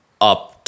up